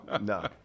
No